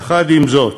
יחד עם זאת,